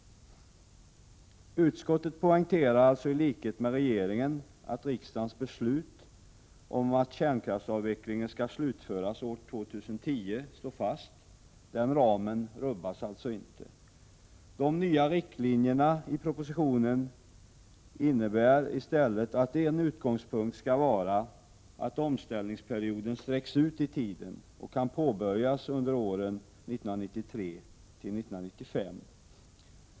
I likhet med regeringen poängterar utskottet att riksdagens beslut om att kärnkraftsavvecklingen skall slutföras år 2010 står fast. Den ramen rubbas inte. De nya riktlinjerna i propositionen är i stället att en utgångspunkt skall vara att omställningsperioden sträcks ut i tiden och kan påbörjas under åren 1993-1995.